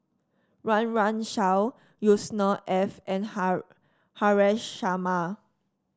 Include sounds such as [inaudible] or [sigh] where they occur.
Run Run Shaw Yusnor Ef and [unintelligible] Haresh Sharma